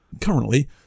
Currently